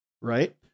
right